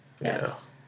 Yes